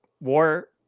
War